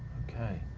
okay,